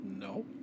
No